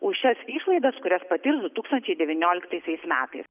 už šias išlaidas kurias patirs du tūkstančiai devynioliktaisiais metais